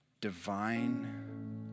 divine